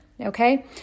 okay